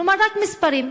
כלומר רק מספרים.